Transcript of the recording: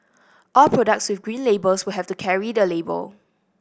all products with Green Labels will have to carry the label